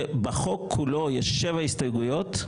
בחוק כולו יש שבע הסתייגויות,